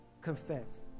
confess